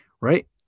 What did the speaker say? right